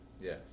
Yes